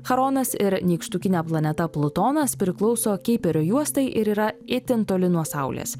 charonas ir nykštukinė planeta plutonas priklauso keiperio juostai ir yra itin toli nuo saulės